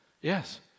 Yes